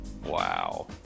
Wow